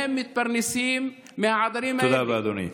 הם מתפרנסים מהעדרים האלה,